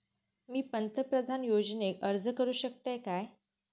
मी पंतप्रधान योजनेक अर्ज करू शकतय काय?